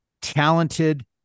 talented